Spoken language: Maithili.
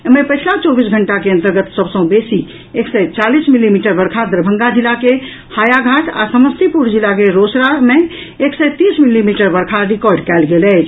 एम्हर पछिला चौबीस घंटा के अंतर्गत सभ सॅ बेसी एक सय चालीस मिलीमीटर बर्षा दरभंगा जिला के हायाघाट आ समस्तीपुर जिला के रोसड़ा मे एक सय तीस मिलीमीटर वर्षा रिकॉर्ड कयल गेल अछि